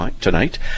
tonight